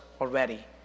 already